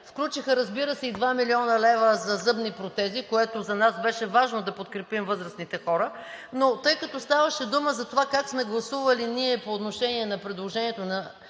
включиха, разбира се, и 2 млн. лв. за зъбни протези, което за нас беше важно – да подкрепим възрастните хора. Тъй като ставаше дума за това как сме гласували ние по отношение на предложението на